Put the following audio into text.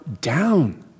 down